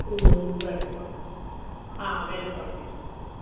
बरें आ वेलकम